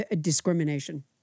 discrimination